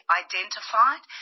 identified